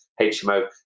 HMO